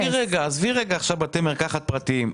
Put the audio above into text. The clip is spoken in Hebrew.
עזבי רגע בתי מרקחת פרטיים.